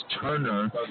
Turner